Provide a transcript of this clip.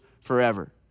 forever